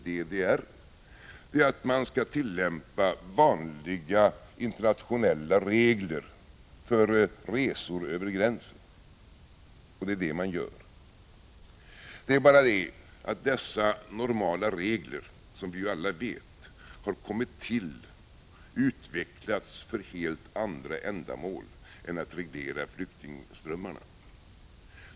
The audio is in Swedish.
DDR är att man skall tillämpa vanliga internationella regler för resor över gränsen. Och det gör man. Det är bara det att dessa normala regler har, som vi alla vet, kommit till och utvecklats för helt andra ändamål än att reglera flyktingströmmarna.